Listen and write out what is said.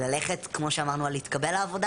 ללכת, כמו שאמרנו, להתקבל לעבודה?